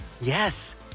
Yes